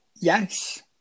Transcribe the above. Yes